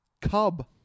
cub